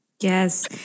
yes